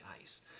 ice